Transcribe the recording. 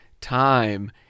time